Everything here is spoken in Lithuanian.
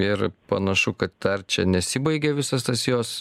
ir panašu kad dar čia nesibaigia visas tas jos